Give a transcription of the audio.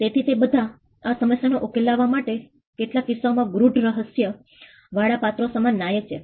તેથી તે બધા આ સમસ્યાઓનો ઉકેલ લાવવા કેટલાક કિસ્સાઓમાં ગૂઢ રહસ્ય વાળા પાત્રો સમાન નાયક છે